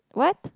what